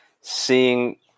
seeing